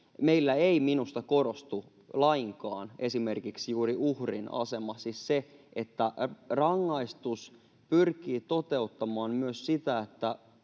Meillä ei minusta korostu lainkaan esimerkiksi juuri uhrin asema, siis se, että rangaistus pyrkii toteuttamaan myös sitä, että